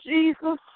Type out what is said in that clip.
Jesus